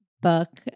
book